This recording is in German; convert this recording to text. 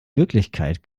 wirklichkeit